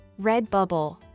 Redbubble